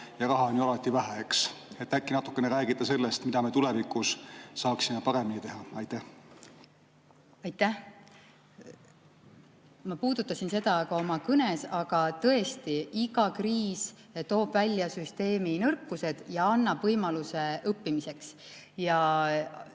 Ja raha on ju alati vähe, eks. Äkki natukene räägite sellest, mida me tulevikus saaksime paremini teha. Aitäh! Ma puudutasin seda ka oma kõnes, aga tõesti, iga kriis toob välja süsteemi nõrkused ja annab võimaluse õppimiseks. Ja